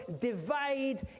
divide